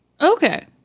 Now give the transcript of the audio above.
Okay